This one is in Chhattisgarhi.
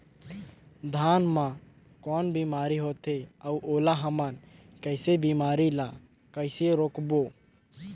धान मा कौन बीमारी होथे अउ ओला हमन कइसे बीमारी ला कइसे रोकबो?